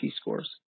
scores